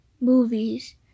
Movies